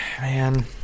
man